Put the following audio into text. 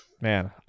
man